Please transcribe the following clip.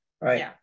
right